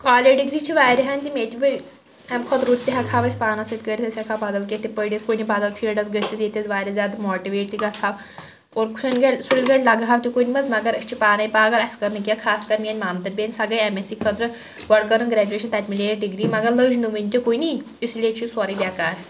college degree چھِ واریاہَن تہِ میٚتہِ وۄنۍ اَمہِ کھۄتہٕ رُت تہِ ہیٚکہٕ ہاو أسۍ پانَس ستۍ کرِتھ أسۍ ہیٚکہٕ ہاو بدل کیٚنٛہہ تہِ پرتھ کُنہِ بَدل فیٖلڈس گٔژھِتھ ییٚتہِ أسۍ واریاہ زیادٕ ماٹِویٹ تہِ گژھہٕ ہاو اور کُنہِ گھڑِ سُلہِ گھڑِ لگہٕ ہاو تہِ کُنہِ منٛز مگر أسۍ چھِ پانٔے پاگل اسہِ کٔر نہٕ کیٚنٛہہ خاص کَر میٛنۍ مامتٕر بیٚنہِ سۄ گٔے ایٚم ایٚس سی خٲطرٕ گۄڈٕ کرٕن گرٛیجویشَن تَتہِ مِلے یَس ڈگری مگر لٔج نہٕ وُنہِ تہِ کُنی اسی لیے چھُ یہِ سورُے بیٚکار